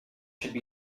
should